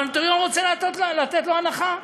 והנוטריון רוצה לתת לו הנחה,